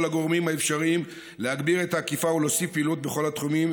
הגורמים האפשריים להגביר את האכיפה ולהוסיף פעילות בכל התחומים,